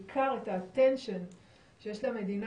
ובעיקר את תשומת הלב והקשב שיש למדינה